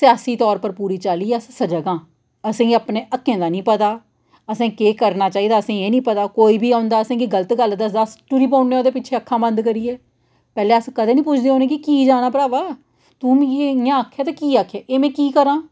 मड़ो पढ़ो लिखो किश सब तूं बड्डी जेह्ड़ी कमी ऐ न ओह् ऐ एह् जे अस पढदे नेईं ऐं